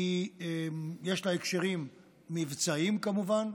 יש לה הקשרים מבצעיים, כמובן,